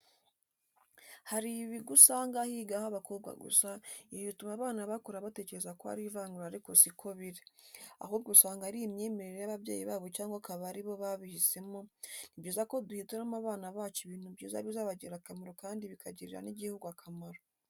Hari ibigo usanga higaho abakobwa gusa, ibi bituma abana bakura batekereza ko ari ivangura ariko si ko biri, ahubwo usanga ari imyemerere y'ababyeyi babo cyangwa akaba ari bo babihisemo, ni byiza ko duhitiramo abana bacu ibintu byiza bizabagirira akamaro kandi bikagirira n'igihugu akamaro.